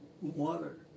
water